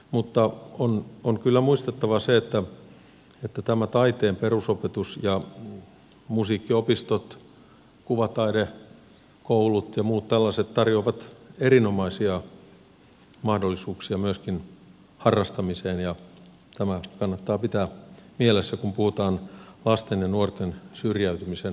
mutta on kyllä muistettava se että tämä taiteen perusopetus ja musiikkiopistot kuvataidekoulut ja muut tällaiset tarjoavat myöskin erinomaisia mahdollisuuksia harrastamiseen ja tämä kannattaa pitää mielessä kun puhutaan lasten ja nuorten syrjäytymisen torjunnasta